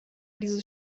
dieses